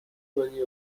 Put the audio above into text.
میکنی